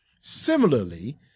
Similarly